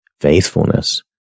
faithfulness